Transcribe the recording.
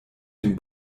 dem